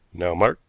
now mark,